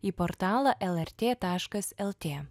į portalą lrt taškas lt